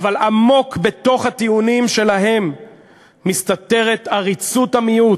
אבל עמוק בתוך הטיעונים שלהם מסתתרת עריצות המיעוט.